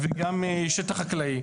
וגם שטח חקלאי.